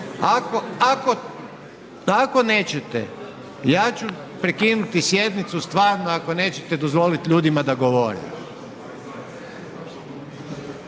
ako nećete ja ću prekinuti sjednicu stvarno ako nećete dozvolit ljudima da govore.